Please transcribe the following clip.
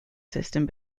system